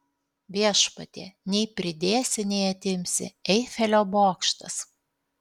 viešpatie nei pridėsi nei atimsi eifelio bokštas